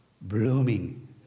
blooming